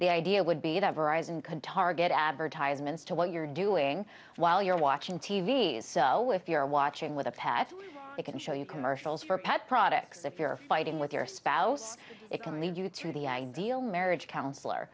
the idea would be it ever eyes and can target advertisements to what you're doing while you're watching t v s so if you're watching with a path they can show you commercials for pet products if you're fighting with your spouse it can lead you to the ideal marriage counselor